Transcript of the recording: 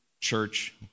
church